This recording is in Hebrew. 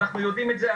אנחנו יודעים את זה,